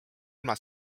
ilma